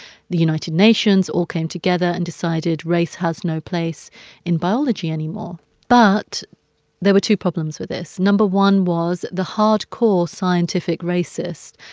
the united nations all came together and decided race has no place in biology anymore but there were two problems with this. number one was the hardcore scientific racist.